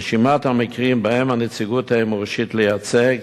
רשימת המקרים שבהם הנציגות תהא מורשית לייצג